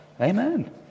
Amen